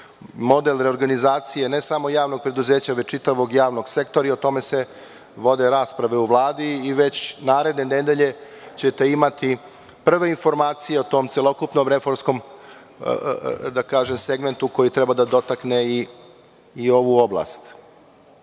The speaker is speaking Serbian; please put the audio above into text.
model reorganizacije ne samo javnog preduzeća, već čitavog javnog sektora i o tome se vode rasprave u Vladi i već naredne nedelje ćete imati prve informacije o tom celokupnom reformskom segmentu koji treba da dotakne i ovu oblast. Sigurno